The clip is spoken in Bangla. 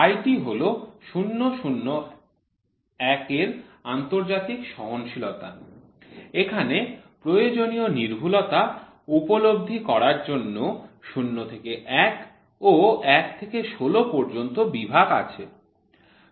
IT হল ০০১ এর আন্তর্জাতিক সহনশীলতা এখানে প্রয়োজনীয় নির্ভুলতা উপলব্ধি করার জন্য ০ থেকে ১ ও ১ থেকে ১৬ পর্যন্ত বিভাগ আছে